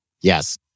Yes